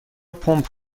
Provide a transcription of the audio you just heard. پمپ